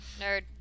Nerd